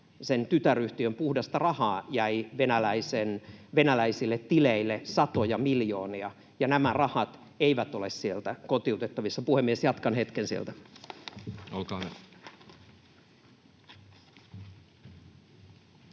sen tytäryhtiön puhdasta rahaa, jäi venäläisille tileille satoja miljoonia, ja nämä rahat eivät ole sieltä kotiutettavissa. Puhemies, jatkan hetken sieltä. Arvoisa herra